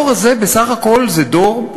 הדור הזה בסך הכול זה דור,